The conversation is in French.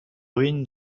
ruines